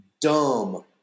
dumb